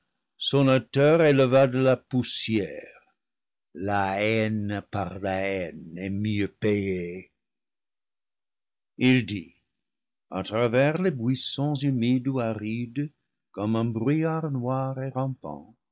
son auteur éleva de la poussière la haine par la haine est mieux payée il dit à travers les buissons humides ou arides comme un brouillard noir et rampant